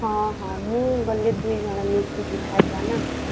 ହଁ ହଁ ମୁଁ ଗଲେ ଦୁଇ ଜଣ ମିଶିକି ଖାଇବା ନା